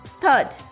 Third